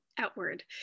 outward